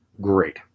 great